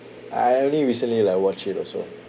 I only recently like watch it also